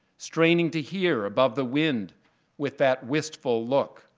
straining to hear above the wind with that wistful look,